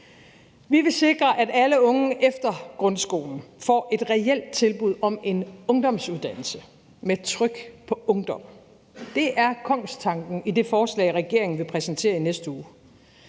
Vi vil sikre, at alle unge efter grundskolen får et reelt tilbud om en ungdomsuddannelse med tryk på ungdom. Det er kongstanken i det forslag, regeringen vil præsentere i næste uge.